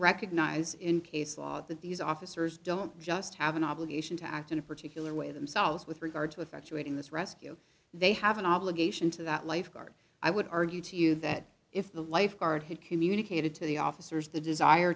recognize in case law that these officers don't just have an obligation to act in a particular way themselves with regard to effectuate in this rescue they have an obligation to that lifeguard i would argue to you that if the lifeguard had communicated to the officers the desire